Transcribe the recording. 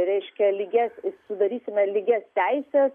reiškia lygias sudarysime lygias teises